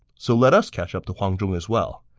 so let us catch up to huang zhong as well.